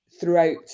throughout